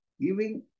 giving